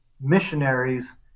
missionaries